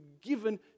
given